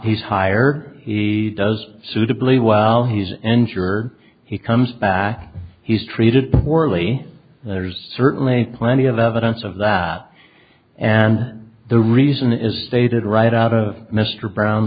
he's high or he does suitably well he's injured he comes back he's treated poorly there's certainly plenty of evidence of that and the reason is they did right out of mr brown